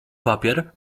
papier